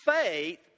faith